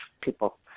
people